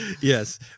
Yes